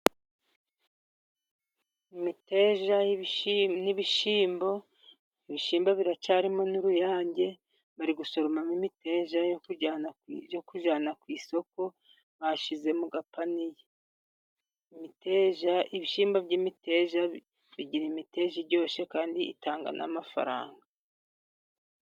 Imiteja y'ibishyimbo, ibishyimbo biracyarimo n'ururange, bari gusoromamo imiteja yo kujyana ku isoko, bashyize mu gapaniye. Imiteja, ibishyimbo by'imiteja bigira imiteja iryoshye, kandi itanga n'amafaranga.